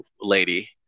lady